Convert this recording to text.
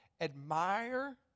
Admire